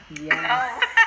Yes